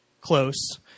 close